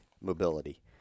mobility